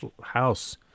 house